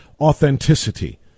authenticity